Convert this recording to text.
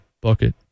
Bucket